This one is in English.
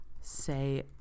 say